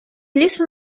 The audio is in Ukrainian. лісу